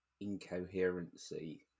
incoherency